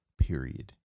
period